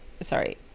Sorry